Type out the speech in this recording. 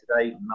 today